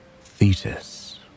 Thetis